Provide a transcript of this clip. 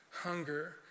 hunger